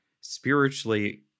spiritually